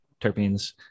terpenes